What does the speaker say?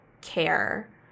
care